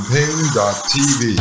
Pain.tv